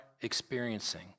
experiencing